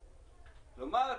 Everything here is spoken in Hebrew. כלומר,